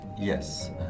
Yes